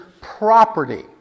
property